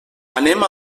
anem